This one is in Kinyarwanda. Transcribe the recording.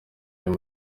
uyu